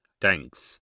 Thanks